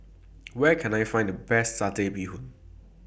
Where Can I Find The Best Satay Bee Hoon